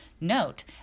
Note